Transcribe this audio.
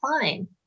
fine